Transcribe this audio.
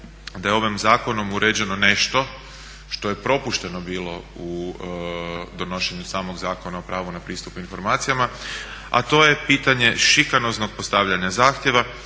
da je ovim zakonom uređeno nešto što je propušteno bilo u donošenju samog Zakona o pravu na pristup informacijama a to je pitanje šikanoznog postavljanja zahtjeva,